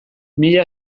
mila